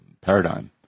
paradigm